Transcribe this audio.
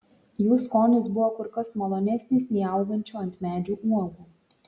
jų skonis buvo kur kas malonesnis nei augančių ant medžių uogų